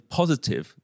positive